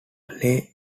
lay